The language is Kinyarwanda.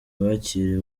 bakiriwe